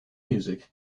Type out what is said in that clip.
music